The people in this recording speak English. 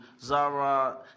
Zara